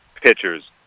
pitchers